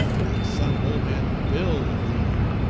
the son of old man bill reni,